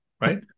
right